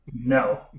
No